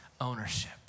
ownership